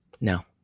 No